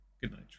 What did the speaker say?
Goodnight